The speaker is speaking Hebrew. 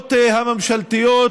בחברות הממשלתיות,